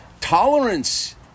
tolerance